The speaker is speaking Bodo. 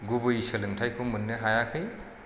गुबै सोलोंथायखौ मोननो हायाखै